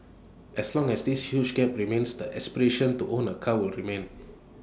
as long as this huge gap remains the aspiration to own A car will remain